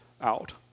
out